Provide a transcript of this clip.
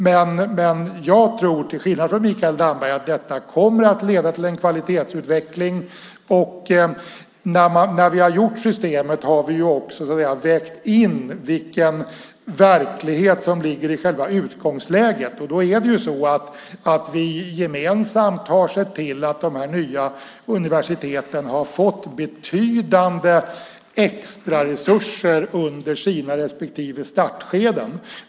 Men jag tror, till skillnad från Mikael Damberg, att detta kommer att leda till en kvalitetsutveckling. När vi har gjort systemet har vi också vägt in vilken verklighet som ligger i själva utgångsläget. Då har vi gemensamt sett till att dessa nya universitet har fått betydande extraresurser under sina respektive startskeden.